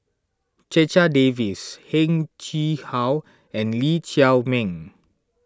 Checha Davies Heng Chee How and Lee Chiaw Meng